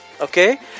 Okay